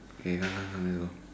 okay come come come let's go